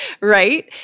Right